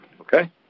Okay